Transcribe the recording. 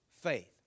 faith